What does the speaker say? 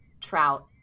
Trout